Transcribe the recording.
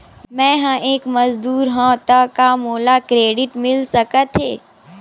मैं ह एक मजदूर हंव त का मोला क्रेडिट मिल सकथे?